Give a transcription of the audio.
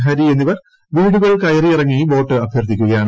ഹരി എന്നിവർ വീടുകൾ കയറിയിറങ്ങി വോട്ട് അഭ്യർത്ഥിക്കുകയാണ്